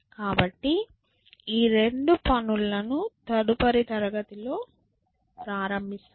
కాబట్టి ఈ రెండు పనులను తదుపరి తరగతిలో ప్రారంభిస్తాము